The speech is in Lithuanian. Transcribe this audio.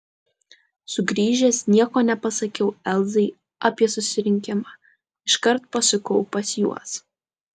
sugrįžęs nieko nepasakiau elzai apie susirinkimą iškart pasukau pas juos